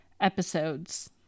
episodes